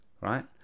right